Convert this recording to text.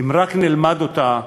אם רק נלמד אותם,